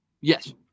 Yes